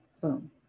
Boom